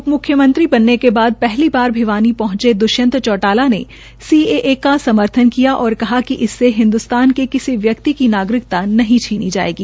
उप म्ख्यमंत्री बनने के बाद पहली बार भिवानी पहंचे द्वष्यंत चौटाला ने सीएए का समर्थन किया और कहा कि इससे हिंद्रस्तान के किसी व्यक्ति की नागरिकता नहीं छिनी जायेगी